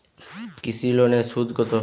কৃষি লোনের সুদ কত?